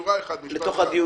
שורה אחת.